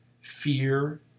fear